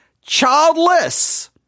childless